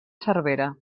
cervera